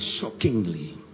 shockingly